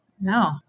No